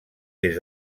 des